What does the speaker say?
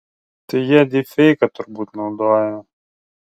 tai jie dypfeiką turbūt naudojo